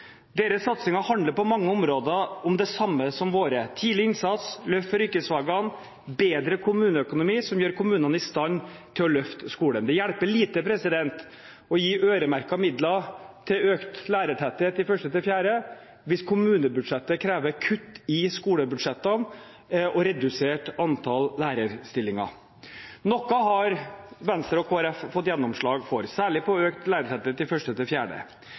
Deres satsinger handler på mange områder om det samme som våre: tidlig innsats, løft for yrkesfagene og bedre kommuneøkonomi, som gjør kommunene i stand til å løfte skolen. Det hjelper lite å gi øremerkede midler til økt lærertetthet på 1.–4. trinn hvis kommunebudsjettet krever kutt i skolebudsjettene og redusert antall lærerstillinger. Noe har Venstre og Kristelig Folkeparti fått gjennomslag for, særlig på økt lærertetthet på 1.–4. trinn. De hadde fått til